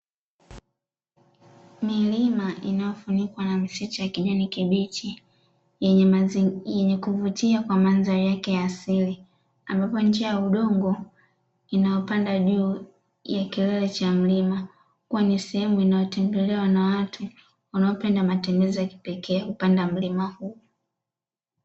Milimia inayofunikwa na msitu wa kijani kibichi yenye kuvutia kwa mandhari yake ya asili, ambapo njia ya udongo inapanda juu ya kilele cha mlima. Kuwa ni sehemu inayotembelewa na watu wanaopenda matembezi ya kipekee kupanda mlima huu.